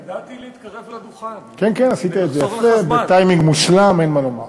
ידעתי להתקרב לדוכן ולחסוך לך זמן.